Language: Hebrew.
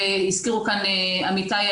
והזכירו כאן עמיתיי,